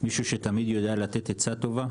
מישהו שתמיד יודע לתת עצה טובה.